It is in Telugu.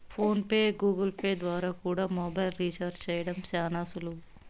ఫోన్ పే, గూగుల్పే ద్వారా కూడా మొబైల్ రీచార్జ్ చేయడం శానా సులువు